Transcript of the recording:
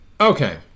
okay